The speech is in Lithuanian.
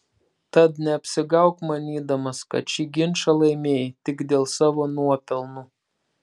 tad neapsigauk manydamas kad šį ginčą laimėjai tik dėl savo nuopelnų